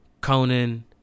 Conan